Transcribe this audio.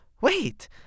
wait